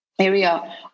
Area